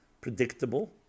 predictable